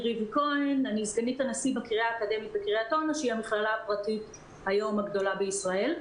הקריה האקדמית בקריית אונו היא המכללה הפרטית הגדולה בישראל היום.